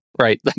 right